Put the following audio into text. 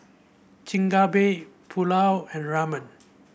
Chigenabe Pulao and Ramen